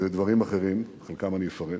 ודברים אחרים, חלקם אני אפרט,